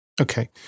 Okay